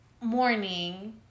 morning